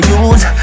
use